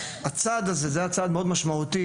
הצעד הזה היה צעד מאוד משמעותי.